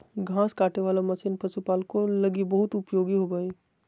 घास काटे वाला मशीन पशुपालको लगी बहुत उपयोगी होबो हइ